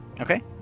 Okay